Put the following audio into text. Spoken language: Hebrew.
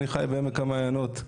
אני חי בעמק המעיינות.